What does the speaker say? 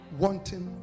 wanting